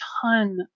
ton